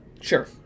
Sure